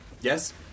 Yes